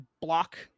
block